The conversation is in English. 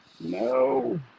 No